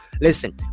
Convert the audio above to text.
listen